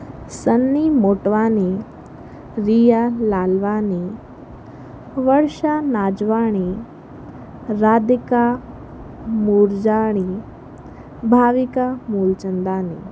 Sunny Motwani Riya Lalwani Varsha Najwani Radhika Murjhani Bhavika Moolchandani